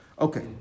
Okay